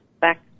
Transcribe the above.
back